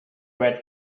red